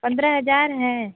पंद्रह हजार है